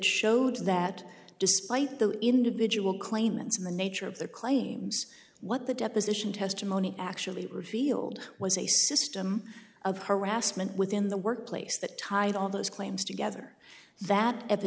showed that despite the individual claimants and the nature of their claims what the deposition testimony actually revealed was a system of harassment within the workplace that tied all those claims together that at the